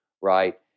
right